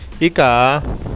ika